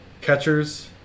catchers